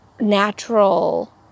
natural